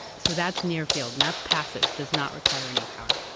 so that's near field, and that's passive, does not require any power.